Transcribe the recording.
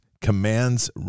commands